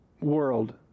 world